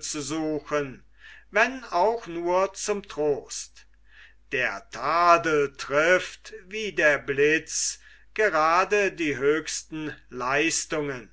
zu suchen wenn auch nur zum trost der tadel trifft wie der blitz grade die höchsten leistungen